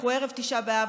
אנחנו ערב תשעה באב,